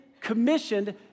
commissioned